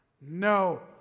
No